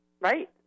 Right